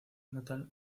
natal